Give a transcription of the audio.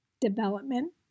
development